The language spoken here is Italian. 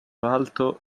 l’alto